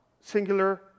singular